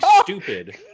stupid